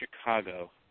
Chicago